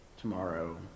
tomorrow